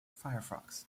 firefox